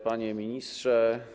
Panie Ministrze!